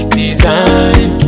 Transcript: design